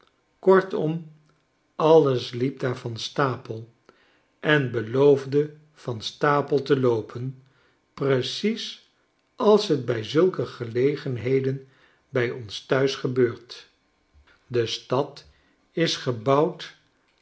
kortom alles liep daar van stapel en beloofde vanstapelte loopen precies als j t bij zulke gelegenheden bij ons thuis gebeurt de stad is gebouwd